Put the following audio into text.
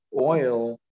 oil